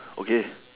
okay